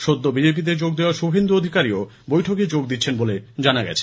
সদ্য বিজেপিতে যোগ দেওয়া শুভেন্দু অধিকারীও বৈঠকে যোগ দিয়েছেন বলে জানা গেছে